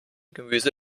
gemüse